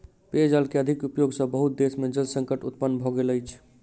पेयजल के अधिक उपयोग सॅ बहुत देश में जल संकट उत्पन्न भ गेल अछि